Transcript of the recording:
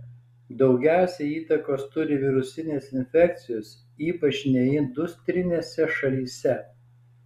daugiausiai įtakos turi virusinės infekcijos ypač neindustrinėse šalyse